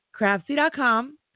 Craftsy.com